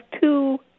two